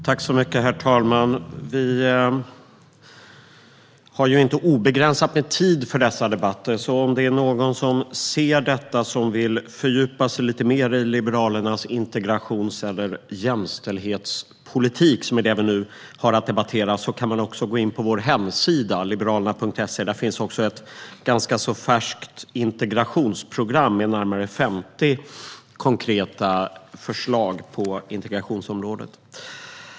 Herr talman! Vi har i dessa debatter inte obegränsat med tid, så om någon som ser detta vill fördjupa sig mer i Liberalernas integrations eller jämställdhetspolitik, vilket är det ämne som vi nu debatterar, kan man gå in på vår hemsida Liberalerna.se. Där finns även ett färskt integrationsprogram med närmare 50 konkreta förslag för just integration.